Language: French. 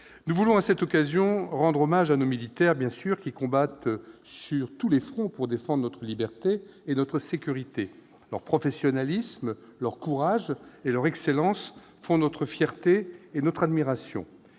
Nous voulons à cette occasion rendre hommage à nos militaires, qui combattent sur tous les fronts pour défendre notre liberté et notre sécurité. Leur professionnalisme, leur courage et leur excellence font notre fierté et notre admiration.